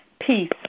Peace